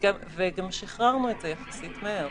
וגם שחררנו את זה יחסית מהר.